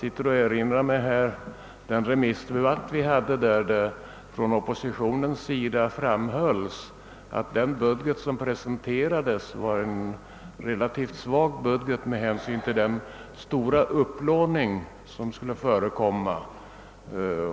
Jag erinrar mig den remissdebatt där det från oppositionens sida framhölls att den budget som presenterades var relativt svag med hänsyn till den stora upplåning som skulle bli nödvändig.